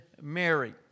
Mary